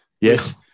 Yes